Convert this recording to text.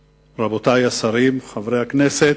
השרים, חברי הכנסת,